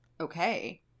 Okay